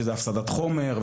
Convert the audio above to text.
שזה הפסדת חומר,